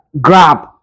Grab